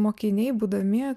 mokiniai būdami